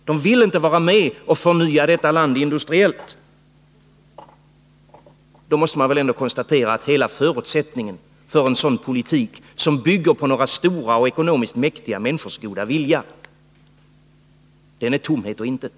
De vill inte vara med och förnya detta land industriellt. Då måste man väl ändå konstatera att hela förutsättningen för en sådan politik, som bygger på några stora och ekonomiskt mäktiga människors goda vilja, den är tomhet och intet.